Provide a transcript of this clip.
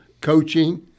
coaching